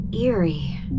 eerie